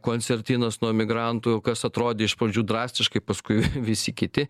koncertinos nuo migrantų kas atrodė iš pradžių drastiškai paskui visi kiti